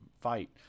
fight